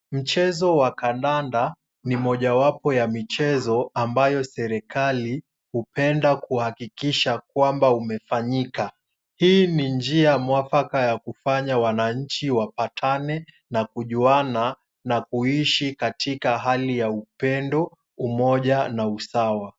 Mchezo wa kandanda ni mojawapo ya michezo ambayo serikali hupenda kuhahakikisha kwamba umefanyika. Hii ni njia mwafaka ya kufanya wananchi wapatane na kujuana na kuishi katika hali ya upendo, umoja na usawa.